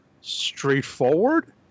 straightforward